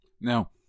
Now